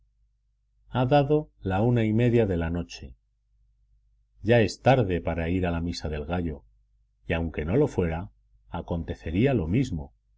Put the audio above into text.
dado la una y media de la noche ya es tarde para ir a la misa del gallo y aunque no lo fuera acontecería lo mismo